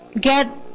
get